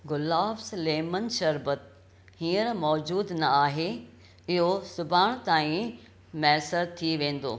Gulaabs lemon शरबत हींअर मौजूद न आहे इहो सुभाणे ताईं मैसर थी वेंदो